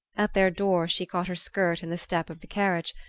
at their door she caught her skirt in the step of the carriage,